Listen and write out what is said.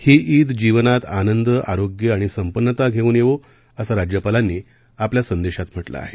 ही ईद जीवनात आनंद आरोग्य आणि संपन्नता घेऊन येवो असं राज्यपालांनी आपल्या संदेशात म्हटले आहे